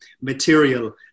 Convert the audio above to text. material